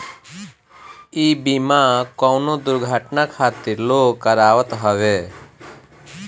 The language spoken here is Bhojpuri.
इ बीमा कवनो दुर्घटना खातिर लोग करावत हवे